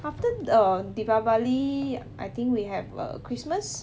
after the err deepavali I think we have err christmas